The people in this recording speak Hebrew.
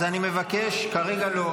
אז אני מבקש, כרגע לא.